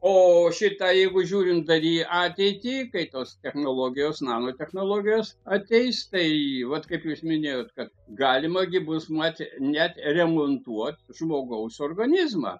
o šita jeigu žiūrint dar į ateitį kai tos technologijos nanotechnologijos ateis tai vat kaip jūs minėjote kad galima gi bus mat net remontuot žmogaus organizmą